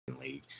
league